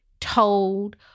told